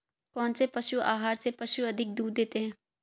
कौनसे पशु आहार से पशु अधिक दूध देते हैं?